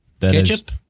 Ketchup